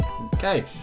Okay